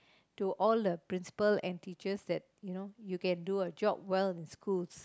to all the principal and teachers that you know you can do a job well in schools